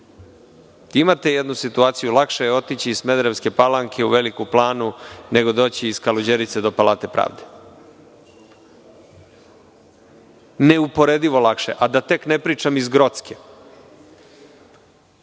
imate jednu situaciju lakše je otići iz Smederevske Palanke u Veliku Planu, nego doći iz Kaluđerice do Palate pravde, neuporedivo lakše, a da tek ne pričam iz Grocke,